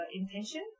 intention